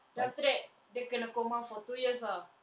then after that dia kena coma for two years ah